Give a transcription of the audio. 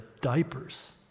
diapers